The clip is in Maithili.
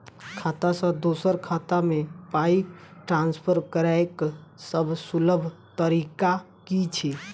खाता सँ दोसर खाता मे पाई ट्रान्सफर करैक सभसँ सुलभ तरीका की छी?